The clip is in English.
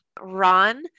Ron